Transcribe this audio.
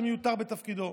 שמיותר בתפקידו.